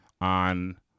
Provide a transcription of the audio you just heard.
on